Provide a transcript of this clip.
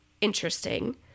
interesting